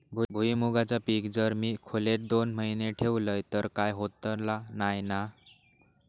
भुईमूगाचा पीक जर मी खोलेत दोन महिने ठेवलंय तर काय होतला नाय ना?